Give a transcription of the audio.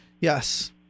Yes